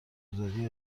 گذاری